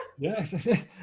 Yes